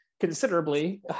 considerably